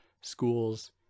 schools